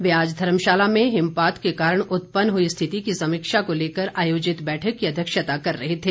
वे आज धर्मशाला में हिमपात के कारण उत्पन्न हुई स्थिति की समीक्षा को लेकर आयोजित बैठक की अध्यक्षता कर रहे थे